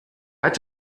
hat